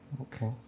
okay